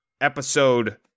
episode